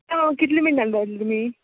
जावं कितले मिण्टानी पावतलीं तुमी